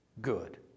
good